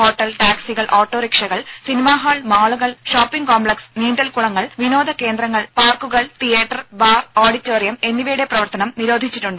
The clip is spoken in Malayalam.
ഹോട്ടൽ ടാക്സികൾ ഓട്ടോറിക്ഷകൾ സിനിമാഹാൾ മാളുകൾ ഷോപ്പിംഗ് കോംപ്ലക്സ് നീന്തൽകുളങ്ങൾ വിനോദകേന്ദ്രങ്ങൾ പാർക്കുകൾ തിയറ്റർ ബാർ ഓഡിറ്റോറിയം എന്നിവയുടെ പ്രവർത്തനം നിരോധിച്ചിട്ടുണ്ട്